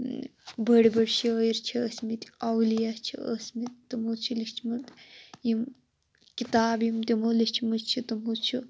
بٔڑ بٔڑ شٲیِر چھِ ٲسۍ مٕتۍ اَولِیا چھِ ٲسۍ مٕتۍ تِمو چھِ لیٚچھمٕژ یِم کِتابہٕ یِم تِمو لیٚچھمٕژ چھِ تِمو چھِ